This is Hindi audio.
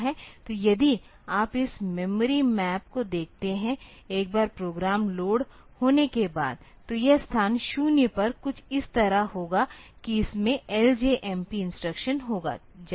तो यदि आप इस मेमोरी मैप को देखते हैं एक बार प्रोग्राम लोड होने के बाद तो यह स्थान शून्य पर कुछ इस तरह होगा कि इसमें LJMP इंस्ट्रक्शन होगा